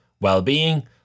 well-being